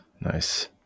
Nice